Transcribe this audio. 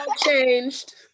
changed